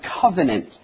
covenant